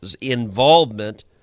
involvement